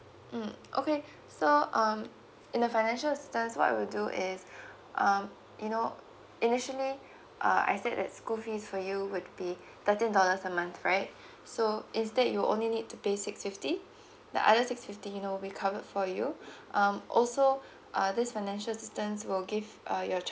mm okay so um in the financial assistance what we'll do is um you know initially uh I said that school fees for you would be thirteen dollars a month right so is that you only need to pay six fifty the other six fifty you know we covered for you um also uh this financial assistance will give uh your